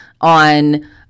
on